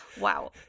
wow